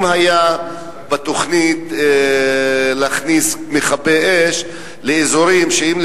אם היה בתוכנית להכניס מכבי אש לאזורים שבהם,